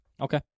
Okay